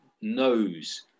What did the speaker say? knows